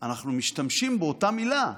אנחנו משתמשים באותה מילה.